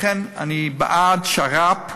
לכן, אני בעד שר"פ,